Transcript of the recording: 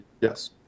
Yes